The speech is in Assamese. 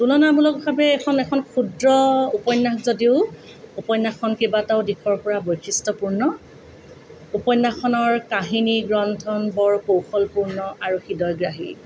তুলনামূলকভাৱে এইখন এখন ক্ষুদ্ৰ উপন্যাস যদিও উপন্যাসখন কেইবাটাও দিশৰ পৰা বৈশিষ্ট্যপূৰ্ণ উপন্যাসখনৰ কাহিনী গ্ৰন্থন বৰ কৌশলপূৰ্ণ আৰু হৃদয়গ্ৰাহী